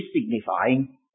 signifying